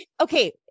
okay